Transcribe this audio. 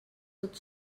tot